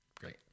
Great